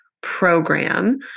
program